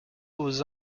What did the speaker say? aux